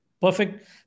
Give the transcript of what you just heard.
perfect